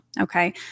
okay